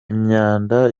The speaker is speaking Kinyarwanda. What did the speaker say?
imyanda